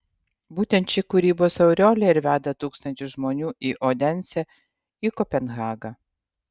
būtent ši kūrybos aureolė ir veda tūkstančius žmonių į odensę į kopenhagą